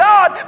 God